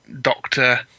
doctor